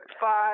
five